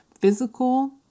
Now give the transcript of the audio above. physical